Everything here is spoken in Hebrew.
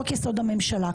חוק יסוד: הממשלה.